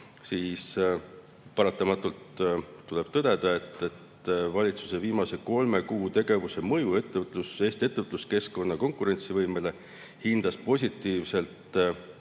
siis paratamatult tuleb tõdeda, et valitsuse viimase kolme kuu tegevuse mõju Eesti ettevõtluskeskkonna konkurentsivõimele hindas positiivselt